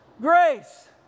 Grace